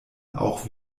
auch